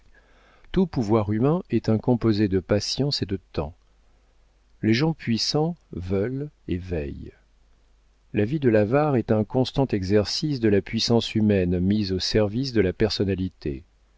tout pouvoir humain est un composé de patience et de temps les gens puissants veulent et veillent la vie de l'avare est un constant exercice de la puissance humaine mise au service de la personnalité